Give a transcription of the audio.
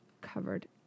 covered